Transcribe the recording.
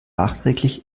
nachträglich